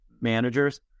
managers